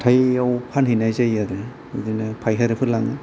हाथाइआव फानहैनाय जायो आरो बिदिनो फायखारिफोर लाङो